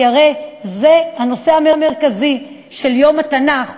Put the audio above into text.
כי הרי זה הנושא המרכזי של יום התנ"ך,